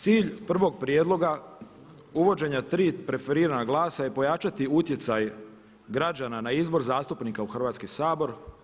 Cilj prvog prijedloga uvođenja tri preferirana glasa je pojačati utjecaj građana na izbor zastupnika u Hrvatski sabor.